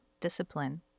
discipline